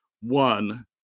one